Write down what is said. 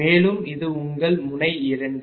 மேலும் இது உங்கள் முனை 2